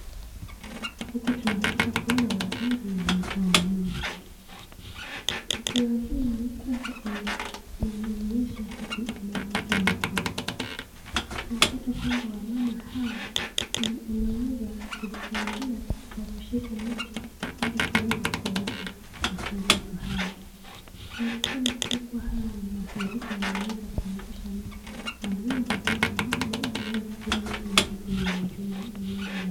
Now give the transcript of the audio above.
Huku tunapata kuwa na mandhari ya mvua mingi. Mvua hii mkubwa imenyesha hadi imeleta mafuriko tunapata kwamba wamama hawa wanaweza kusaidia kwa kushika miti kuweza kuvuka mafuriko haya. Inaoneka pia kuwa haya ni mafuriko yameweza kuangusha manyumba na hata maji kuweza kuingia kwenye majumba za watu.